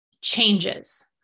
changes